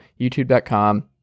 youtube.com